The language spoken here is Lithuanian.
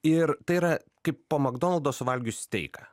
ir tai yra kaip po magdonaldo suvalgius steiką